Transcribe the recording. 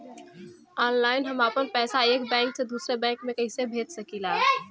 Online हम आपन पैसा एक बैंक से दूसरे बैंक में कईसे भेज सकीला?